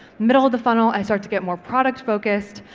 middle of the funnel, i start to get more product-focused.